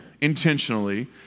intentionally